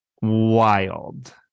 wild